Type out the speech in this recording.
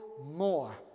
more